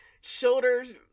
shoulders